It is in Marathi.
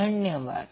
धन्यवाद